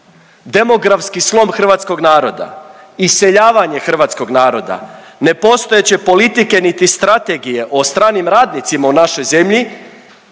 demografski slom hrvatskog naroda, iseljavanje hrvatskog naroda, nepostojeće politike, niti Strategije o stranim radnicima u našoj zemlji,